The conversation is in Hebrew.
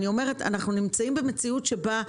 אני אומרת שאנחנו נמצאים במציאות שבה,